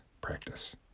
practice